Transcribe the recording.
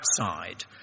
outside